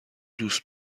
دوست